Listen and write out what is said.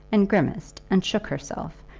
and grimaced and shook herself,